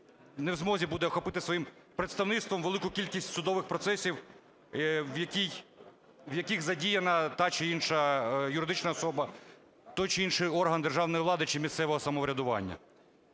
не в змозі буде охопити своїм представництвом велику кількість судових процесів, в яких задіяна та чи інша юридична особа, той чи інший орган державної влади чи місцевого самоврядування.